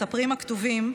מספרים הכתובים,